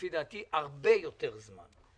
לפי דעתי, הרבה יותר זמן.